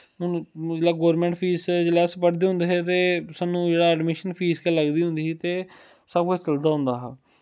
हुन उसलै government fees जिसलै अस पढ़दे होंदे हे ते साह्नू जेह्ड़ा अडमिशन फीस गै लगदी होंदी ही ते सब किश चलदा होंदा हा